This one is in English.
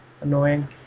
annoying